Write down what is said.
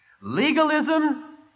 Legalism